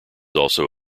also